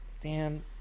Dan